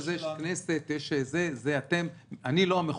בסוף, יש כנסת, זה אתם, אני לא המחוקק.